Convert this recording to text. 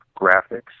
graphics